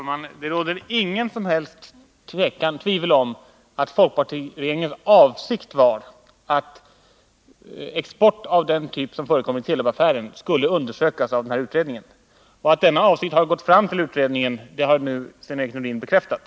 Herr talman! Det råder inget som helst tvivel om att folkpartiregeringens avsikt var att export av den typ som förekom i Telubaffären skulle undersökas av utredningen. Och att denna avsikt har gått fram till utredningen har nu Sven-Erik Nordin bekräftat.